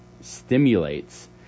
stimulates